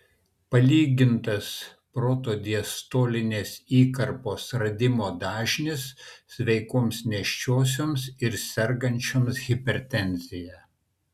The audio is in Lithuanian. palygintas protodiastolinės įkarpos radimo dažnis sveikoms nėščiosioms ir sergančioms hipertenzija